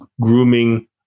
grooming